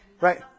Right